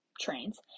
trains